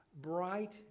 bright